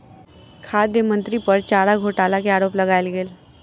खाद्य मंत्री पर चारा घोटाला के आरोप लगायल गेल